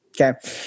okay